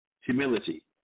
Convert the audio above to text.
humility